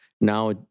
Now